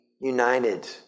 united